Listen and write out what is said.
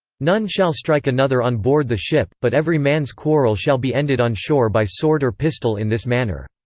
none shall strike another on board the ship, but every man's quarrel shall be ended on shore by sword or pistol in this manner.